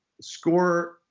score